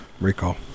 Recall